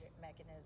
mechanism